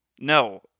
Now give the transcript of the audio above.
No